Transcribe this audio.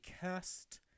cast